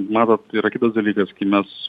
matot tai yra kitas dalykas kai mes